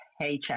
paycheck